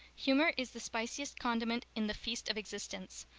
humor is the spiciest condiment in the feast of existence.